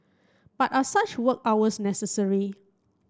but are such work hours necessary